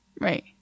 Right